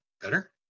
Better